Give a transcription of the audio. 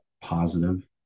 positive